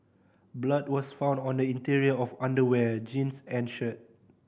blood was found on the interior of underwear jeans and shirt